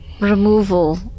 removal